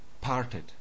parted